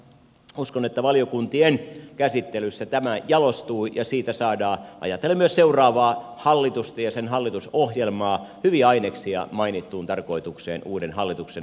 uskon että valiokuntien käsittelyssä tämä jalostuu ja siitä saadaan ajatellen myös seuraavaa hallitusta ja sen hallitusohjelmaa hyviä aineksia mainittuun tarkoitukseen uuden hallituksen hallitusohjelmaksi